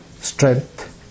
strength